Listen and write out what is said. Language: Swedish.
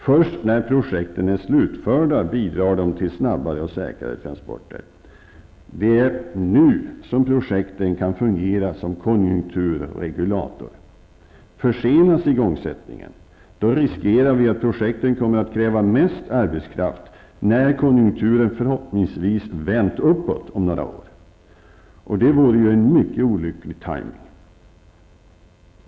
Först när projekten är slutförda bidrar de till snabbare och säkrare transporter. Det är nu som projekten kan fungera som konjunkturregulator. Försenas igångsättningen riskerar vi att projekten kommer att kräva mest arbetskraft när konjunkturen förhoppningsvis vänt uppåt om några år. Det vore mycket olyckligt.